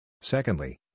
Secondly